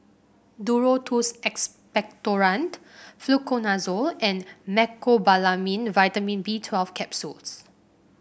Duro Tuss Expectorant Fluconazole and Mecobalamin Vitamin B Twelve Capsules